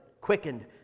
quickened